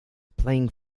playing